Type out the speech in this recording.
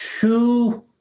two